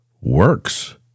works